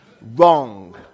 Wrong